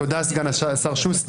תודה, סגן השר שוסטר.